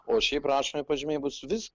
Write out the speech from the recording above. o šiaip rašomi pažymiai bus vis